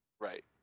right